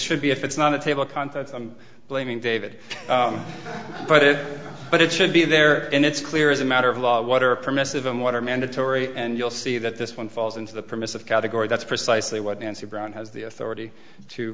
should be if it's not a table of contents i'm blaming david but it but it should be there and it's clear as a matter of law what are permissive in what are mandatory and you'll see that this one falls into the permissive category that's precisely what nancy brown has the authority to